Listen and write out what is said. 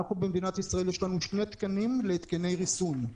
במדינת ישראל יש לנו שני תקנים להתקני ריסון,